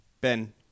Ben